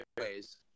ways